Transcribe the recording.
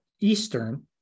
Eastern